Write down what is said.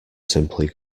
simply